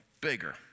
bigger